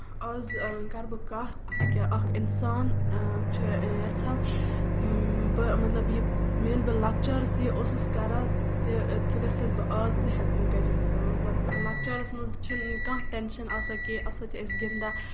آز کرٕ بہٕ کَتھ أکیاہ اکھ اِنسان چھُ یَژھان مطلب بہٕ ییلہِ بہٕ لۄکچارَس یہِ اوسُس کران تہِ گَژھس بہٕ آز تہِ ہٮ۪کُن کٔرِتھ مطلب لۄکچارَس منٛز چھِنہٕ کانہہ ٹینشَن آسان کیٚنٛہہ آسان چھِ أسۍ گِندان